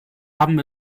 haben